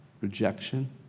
rejection